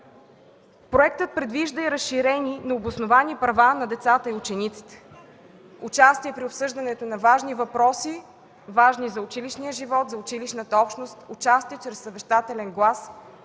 Проектът предвижда и разширени, но обосновани права на децата и учениците – участие при обсъждането на важни въпроси, важни за училищния живот, за училищната общност, участие чрез съвещателен глас